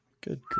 Good